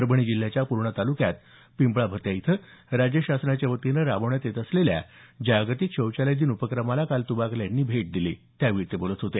परभणी जिल्ह्याच्या पूर्णा तालुक्यातल्या पिंपळा भत्या इथं राज्य शासनाच्या वतीनं राबवण्यात येत असलेल्या जागतिक शौचालय दिन उपक्रमाला काल तुबाकले यांनी भेट दिली त्यावेळी ते बोलत होते